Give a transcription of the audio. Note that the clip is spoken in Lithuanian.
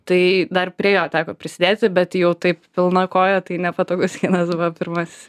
tai dar prie jo teko prisidėti bet jau taip pilna koja tai nepatogus kinas buvo pirmasis